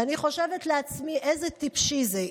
ואני חושבת לעצמי, איזה טיפשי זה.